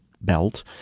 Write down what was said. belt